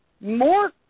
more